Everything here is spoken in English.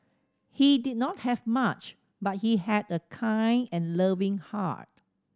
he did not have much but he had a kind and loving heart